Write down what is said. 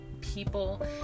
people